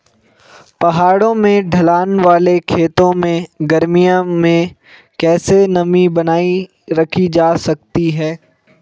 पहाड़ों में ढलान वाले खेतों में गर्मियों में कैसे नमी बनायी रखी जा सकती है?